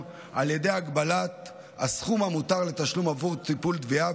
על ידי הגבלת הסכום המותר לתשלום עבור טיפול בתביעה,